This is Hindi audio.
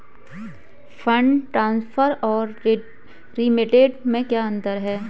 फंड ट्रांसफर और रेमिटेंस में क्या अंतर है?